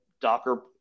Docker